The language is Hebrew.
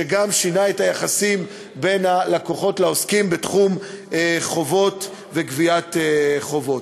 שגם שינה את היחסים בין הלקוחות לעוסקים בתחום חובות וגביית חובות.